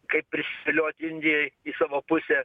kaip prisivilioti indijai į savo pusę